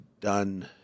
done